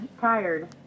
tired